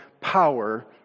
power